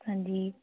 ਹਾਂਜੀ